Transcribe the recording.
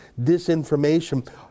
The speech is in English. disinformation